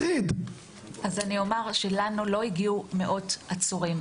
אז אני אומר שלנו לא הגיעו מאות עצורים,